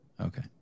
Okay